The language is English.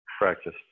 Practice